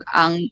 ang